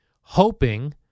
hoping